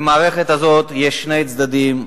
למערכת הזאת יש שני צדדים.